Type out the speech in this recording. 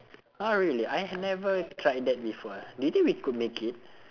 !huh! really I ha~ never tried that before eh do you think we could make it